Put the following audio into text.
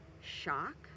shock